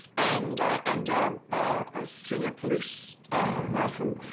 and and a senior police person,